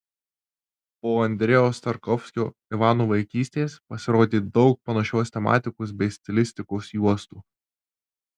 po andrejaus tarkovskio ivano vaikystės pasirodė daug panašios tematikos bei stilistikos juostų